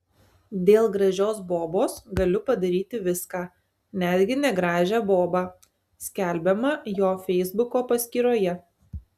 dėl gražios bobos galiu padaryti viską netgi negražią bobą skelbiama jo feisbuko paskyroje